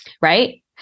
Right